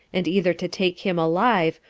and either to take him alive,